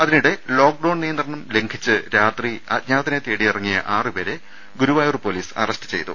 അതിനിടെ ലോക്ക്ഡൌൺ നിയന്ത്രണം ലംഘിച്ച് രാത്രി അജ്ഞാതനെ തേടിയിറങ്ങിയ ആറു പേരെ ഗുരുവായൂർ പൊലീസ് അറസ്റ്റ് ചെയ്തു